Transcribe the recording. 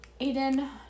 Aiden